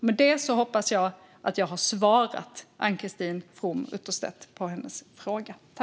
Med detta hoppas jag att jag har svarat på Ann-Christine From Utterstedts fråga.